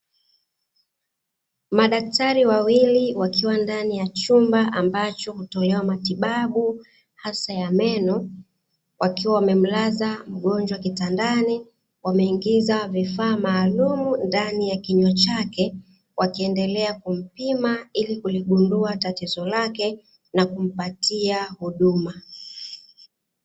Madaktari wawili wakiwa ndani ya chumba ambacho hutolewa matibabu hasa ya meno, wakiwa wamemlaza mgonjwa kitandani. Wameingiza vifaa maalum ndani ya kinywa chake, wakiendelea kumpima ili kuligundua tatizo lake na kumpatia huduma.